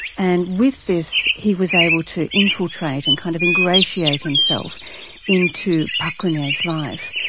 and with this he was able to infiltrate and kind of ingratiate himself into park geun-hye's life,